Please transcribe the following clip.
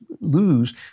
lose